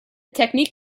technique